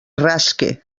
rasque